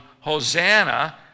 Hosanna